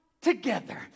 Together